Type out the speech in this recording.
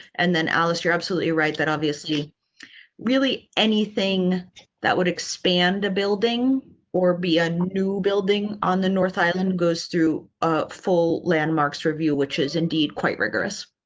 and then alex, you're absolutely right that obviously really anything that would expand the building or be a new building on the north island goes through um full landmarks review, which is indeed quite rigorous.